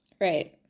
Right